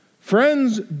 friends